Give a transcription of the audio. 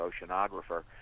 oceanographer